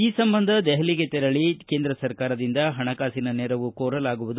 ಈ ಸಂಬಂಧ ದೆಹಲಿಗೆ ತೆರಳ ಕೇಂದ್ರ ಸರ್ಕಾರದಿಂದ ಹಣಕಾಸಿನ ನೆರವು ಕೋರಲಾಗುವುದು